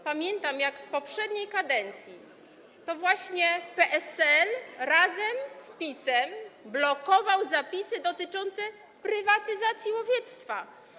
Pamiętam, jak w poprzedniej kadencji to właśnie PSL razem z PiS-em blokował zapisy dotyczące prywatyzacji łowiectwa.